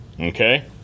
okay